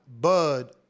Bud